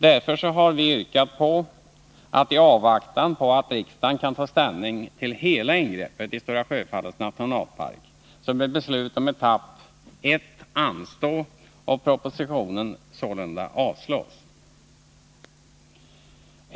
Därför har vi yrkat på att i avvaktan på att riksdagen kan ta ställning till hela ingreppet i Stora Sjöfallets nationalpark bör beslut om etapp ett anstå Nr 40 a och propositionen sålunda avslås.